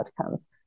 outcomes